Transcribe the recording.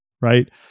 right